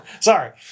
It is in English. Sorry